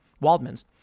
Waldman's